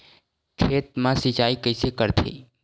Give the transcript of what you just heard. खेत मा सिंचाई कइसे करथे?